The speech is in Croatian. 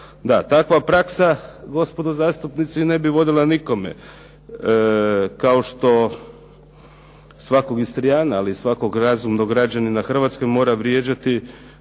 takva praksa gospodo zastupnici ne bi vodila nikome. Kao što svakog Istrijana, ali i svakog razumnog građanina Hrvatske mora vrijeđati